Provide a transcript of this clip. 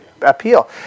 appeal